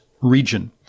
region